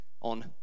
on